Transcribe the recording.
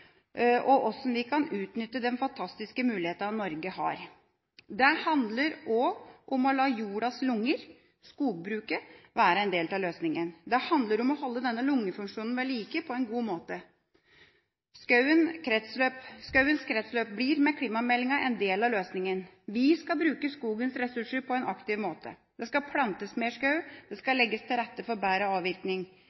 og hvordan vi kan utnytte de fantastiske mulighetene Norge har. Det handler også om å la jordas lunger – skogbruket – være en del av løsninga. Det handler om å holde denne lungefunksjonen ved like på en god måte. Skogens kretsløp blir med klimameldinga en del av løsninga. Vi skal bruke skogens ressurser på en aktiv måte. Det skal plantes mer skog, det skal